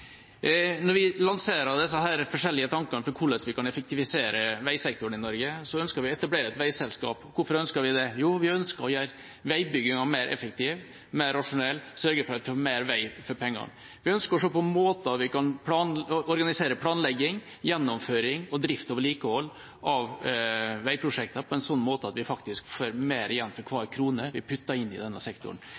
Når vi lanserer de forskjellige tankene om hvordan vi kan effektivisere veisektoren i Norge, ønsker vi å etablere et veiselskap. Hvorfor ønsker vi det? Jo, vi ønsker å gjøre veibygginga mer effektiv, mer rasjonell og sørge for at vi får mer vei for pengene. Vi ønsker å se på måter vi kan organisere planlegging, gjennomføring og drift og vedlikehold av veiprosjekter på, slik at vi faktisk får mer igjen for hver krone vi putter inn i denne sektoren.